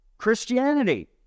Christianity